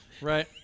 Right